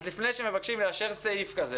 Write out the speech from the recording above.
אז לפני שמבקשים לאשר סעיף כזה